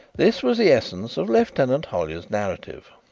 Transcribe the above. this was the essence of lieutenant hollyer's narrative